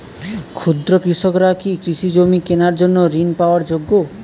ক্ষুদ্র কৃষকরা কি কৃষিজমি কেনার জন্য ঋণ পাওয়ার যোগ্য?